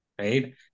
right